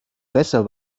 besser